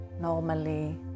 normally